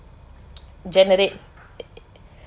generate